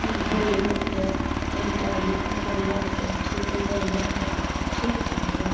ई घड़ीमे जे यऽ कनीटा एकर नट सब ठीक नहि यऽ आओर ठीकठाक यऽ